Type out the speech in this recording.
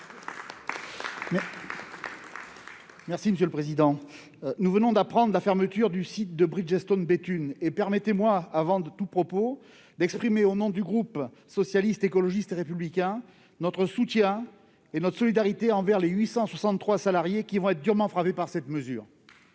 et Républicain. Nous venons d'apprendre la fermeture du site Bridgestone de Béthune. Permettez-moi, avant toute chose, d'exprimer, au nom du groupe Socialiste, Écologiste et Républicain, notre soutien et notre solidarité envers les 863 salariés qui vont être durement frappés par cette mesure.